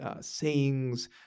sayings